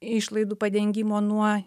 išlaidų padengimo nuo